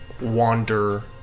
wander